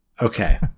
Okay